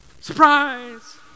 surprise